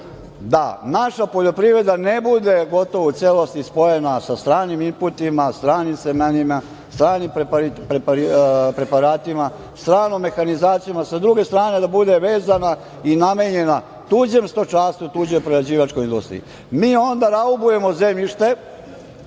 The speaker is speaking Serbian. da naša poljoprivreda ne bude gotovo u celosti spojena sa stranim imputima, stranim preparatima, stranom mehanizacijom, a s druge strane, da bude vezana i namenjena tuđem stočarstvu i tuđoj prerađivačkoj industriji. Mi onda raubujemo zemljište